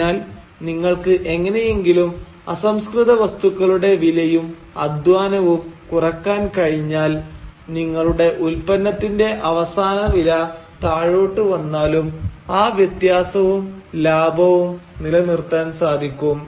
അതിനാൽ നിങ്ങൾക്ക് എങ്ങനെയെങ്കിലും അസംസ്കൃതവസ്തുക്കളുടെ വിലയും അധ്വാനവും കുറക്കാൻ കഴിഞ്ഞാൽ നിങ്ങളുടെ ഉത്പന്നത്തിന്റെ അവസാന വില താഴോട്ടു വന്നാലും ആ വ്യത്യാസവും ലാഭവും നിലനിർത്താൻ സാധിക്കും